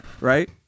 right